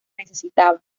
necesitaba